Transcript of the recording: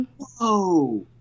Whoa